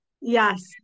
Yes